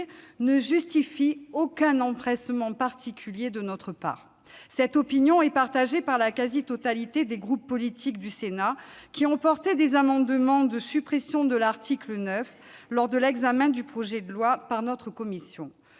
ne justifie aucun empressement particulier de notre part. Cette opinion est partagée par la quasi-totalité des groupes politiques du Sénat, qui ont porté des amendements de suppression de l'article 9 lors de l'examen du projet de loi en commission.